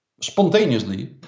spontaneously